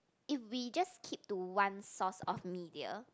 if we just keep to one source of media